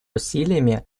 усилиями